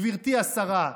גברתי השרה,